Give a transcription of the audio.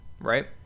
right